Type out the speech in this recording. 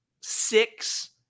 six